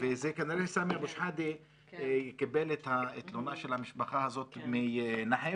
כנראה סאמי אבו שחאדה קיבל את התלונה של המשפחה הזאת מנחף,